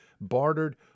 bartered